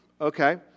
okay